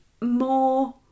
more